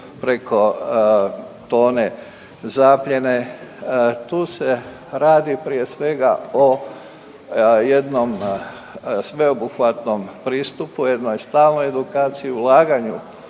preko tone zapljene, tu se radi prije svega o jednom sveobuhvatnom pristupu, jednoj stalnoj edukaciji, ulaganju